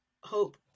hope